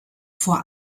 vor